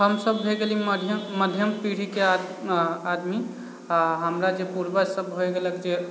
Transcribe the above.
हम सभ भए गेली मध्यम मध्यम पीढ़ीके आद आदमी अऽ हमरा जे पूर्वज सभ भए गेलक जे